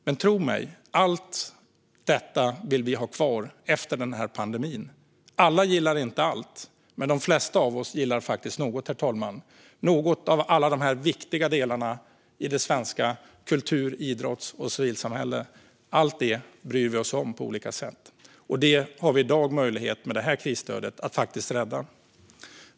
Men tro mig, allt detta vill vi ha kvar efter pandemin. Alla gillar inte allt, men de flesta av oss gillar faktiskt något av alla de här viktiga delarna i det svenska kultur, idrotts och civilsamhället. Allt det bryr vi oss om på olika sätt. I dag har vi möjlighet att rädda det med det här krisstödet.